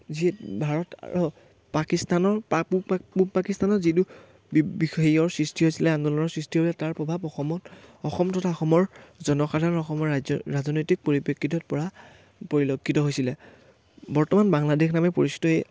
যি ভাৰত আৰু পাকিস্তানৰ পাক পূ পূব পাকিস্তানৰ যিটো বি বিষয়ৰ সৃষ্টি হৈছিলে আন্দোলনৰ সৃষ্টি হৈছিলে তাৰ প্ৰভাৱ অসমত অসম তথা অসমৰ জনসাধাৰণৰ অসমৰ ৰাজ্য ৰাজনৈতিক পৰিপ্ৰেক্ষিতত পৰা পৰিলক্ষিত হৈছিলে বৰ্তমান বাংলাদেশ নামে পৰিচিত এই